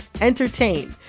entertain